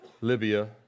Libya